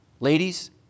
Ladies